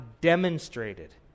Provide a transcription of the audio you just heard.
demonstrated